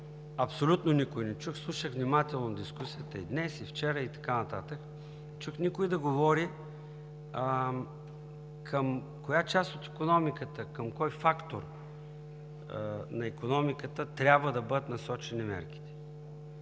абсолютно никой не чух, слушах внимателно дискусията и днес, и вчера, и така нататък, не чух никой да говори към коя част от икономиката, към кой фактор на икономиката трябва да бъдат насочени мерките.